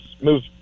move